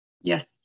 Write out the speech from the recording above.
Yes